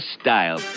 style